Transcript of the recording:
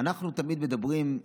אנחנו תמיד מדברים,